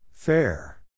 Fair